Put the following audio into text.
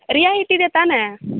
ರಿಯಾಯಿತಿ ಇದೆ ತಾನೇ